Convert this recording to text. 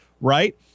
right